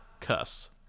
cuss